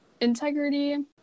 Integrity